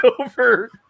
over